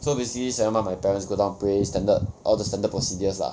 so basically seventh month my parents go down pray standard all the standard procedures lah